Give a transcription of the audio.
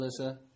Alyssa